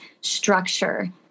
structure